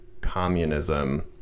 communism